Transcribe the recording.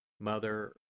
Mother